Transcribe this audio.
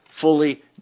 Fully